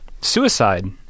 suicide